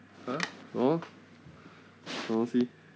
!huh! 什么